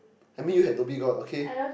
I meet you at Dhoby-Ghaut okay